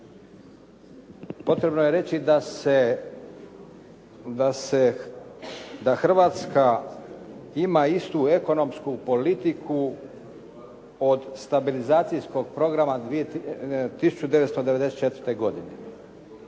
Potrebno je reći da Hrvatska ima istu ekonomsku politiku od stabilizacijskog programa 1994. godine